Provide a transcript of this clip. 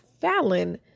Fallon